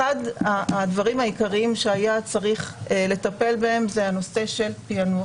אחד הדברים העיקריים שהיה צריך לטפל בהם הוא הנושא של פענוח,